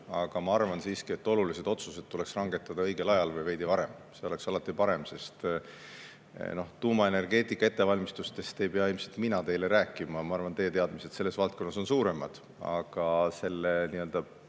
Aga ma arvan siiski, et olulised otsused tuleks langetada õigel ajal või veidi varem. See oleks alati parem. Tuumaenergeetika ettevalmistustest ei pea ilmselt mina teile rääkima. Ma arvan, et teie teadmised selles valdkonnas on suuremad. Aga selle